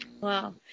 Wow